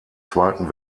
zweiten